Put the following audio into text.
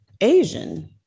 Asian